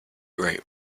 grate